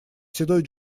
седой